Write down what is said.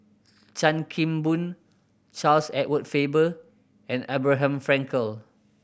Chan Kim Boon Charles Edward Faber and Abraham Frankel